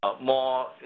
more